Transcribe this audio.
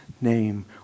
name